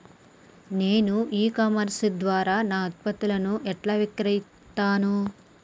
నేను e commerce ద్వారా నా ఉత్పత్తులను ఎట్లా విక్రయిత్తను?